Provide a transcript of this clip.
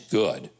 good